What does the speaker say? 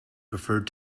preferred